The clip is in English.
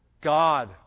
God